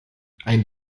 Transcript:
ein